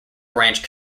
branch